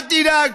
אל תדאג,